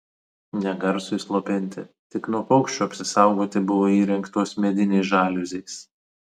ne garsui slopinti tik nuo paukščių apsisaugoti buvo įrengtos medinės žaliuzės